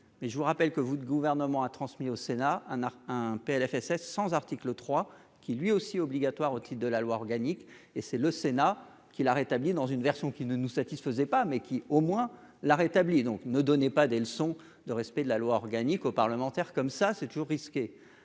mais je vous rappelle que vous, le gouvernement a transmis au Sénat, un à un, PLFSS sans article 3 qui lui aussi obligatoire au type de la loi organique, et c'est le Sénat qui l'a rétablie dans une version qui ne nous satisfaisait pas mais qui au moins la rétablit donc ne donnez pas des leçons de respect de la loi organique aux parlementaires. Comme ça, c'est toujours risqué